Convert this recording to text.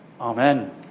Amen